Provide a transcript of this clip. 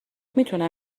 میتونم